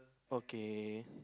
okay